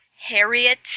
Harriet